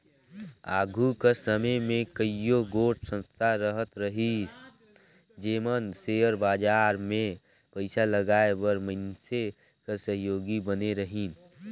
आघु कर समे में कइयो गोट संस्था रहत रहिन जेमन सेयर बजार में पइसा लगाए बर मइनसे कर सहयोगी बने रहिन